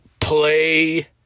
play